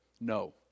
No